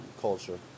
culture